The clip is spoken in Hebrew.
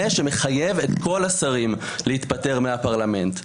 שמחייב את כל השרים להתפטר מהפרלמנט.